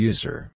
User